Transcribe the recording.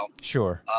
Sure